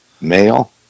male